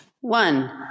one